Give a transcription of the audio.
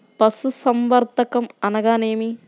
పశుసంవర్ధకం అనగా ఏమి?